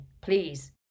please